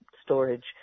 storage